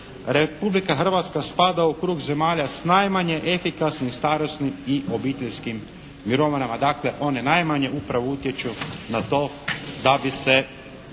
Republika Hrvatska spada u krug zemalja s najmanje efikasnim starosnim i obiteljskim mirovinama. Dakle, one najmanje upravo utječu na to da bi se